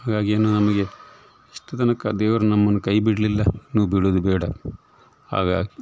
ಹಾಗಾಗಿ ಇನ್ನು ನಮಗೆ ಇಷ್ಟರ ತನಕ ದೇವರು ನಮ್ಮನ್ನು ಕೈ ಬಿಡಲಿಲ್ಲ ಇನ್ನು ಬಿಡೋದು ಬೇಡ ಹಾಗಾಗಿ